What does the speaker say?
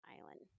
Island